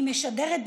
היא משדרת,